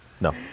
no